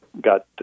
got